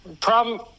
Problem